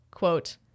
quote